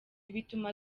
bituma